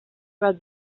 bat